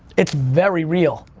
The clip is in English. it's very real,